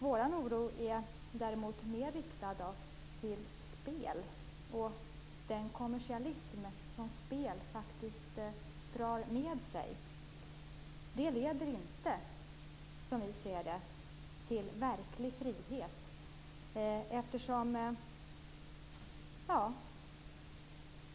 Vår oro är mer riktad mot spel och den kommersialism som spel drar med sig. Det leder inte till verklig frihet.